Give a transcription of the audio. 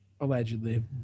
Allegedly